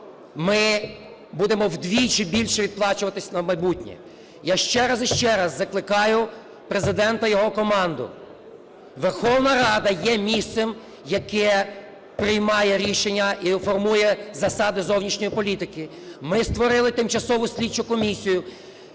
ми будемо вдвічі більше відплачуватись на майбутнє. Я ще раз і ще раз закликаю Президента і його команду. Верховна Рада є місцем, яке приймає рішення і формує засади зовнішньої політики. Ми створили тимчасову слідчу комісію,